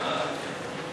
ההצעה להעביר את